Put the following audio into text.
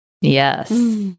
Yes